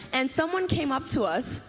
and someone came up to us,